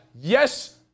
Yes